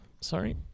Sorry